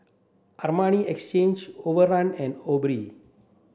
Armani Exchange Overrun and